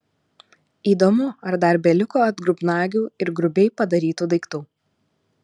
įdomu ar dar beliko atgrubnagių ir grubiai padarytų daiktų